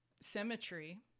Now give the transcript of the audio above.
symmetry